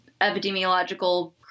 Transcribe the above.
epidemiological